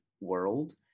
world